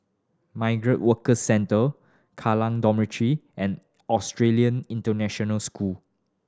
Migrant Worker Centre Kallang Dormitory and Australian International School